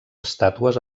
estàtues